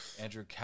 Andrew